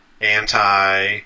anti